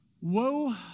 Woe